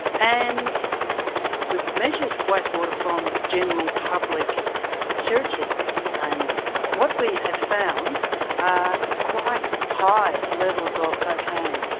and we've measured wastewater from general public sewerage systems, and what we have found are quite high levels of cocaine,